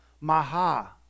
maha